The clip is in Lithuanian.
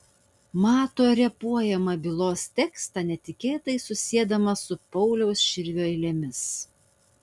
mato repuojamą bylos tekstą netikėtai susiedamas su pauliaus širvio eilėmis